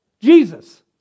Jesus